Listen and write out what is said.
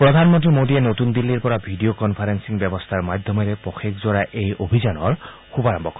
প্ৰধানমন্ত্ৰী মোডীয়ে নতুন দিল্লীৰ পৰা ভিডিঅ' কনফাৰেলিং ব্যৱস্থাৰ মাধ্যমেৰে পষেকজোৰা এই অভিযানৰ শুভাৰম্ভ কৰিব